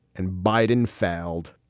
and biden failed